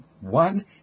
one